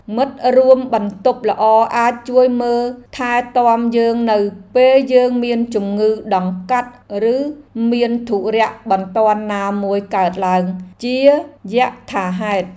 មិត្តរួមបន្ទប់ល្អអាចជួយមើលថែទាំយើងនៅពេលយើងមានជំងឺដង្កាត់ឬមានធុរៈបន្ទាន់ណាមួយកើតឡើងជាយថាហេតុ។